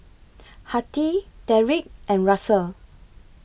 Hattie Deric and Russel